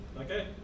Okay